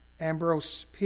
Ambrose